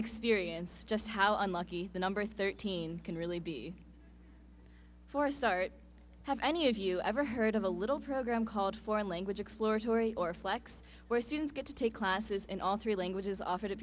experience just how unlucky the number thirteen can really be for a start have any of you ever heard of a little program called foreign language exploratory or flex where students get to take classes in all three languages of